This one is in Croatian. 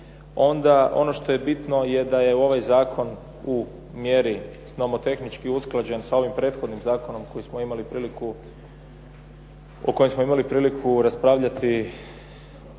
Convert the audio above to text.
Onda ono što je bitno je da je u ovaj zakon u mjeri s nomotehnički usklađen s ovim prethodnim zakonom o kojem smo imali priliku raspravljati